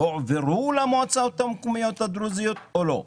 הועברו למועצות המקומיות הדרוזיות או לא?